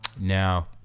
now